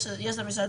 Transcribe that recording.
יש למשרד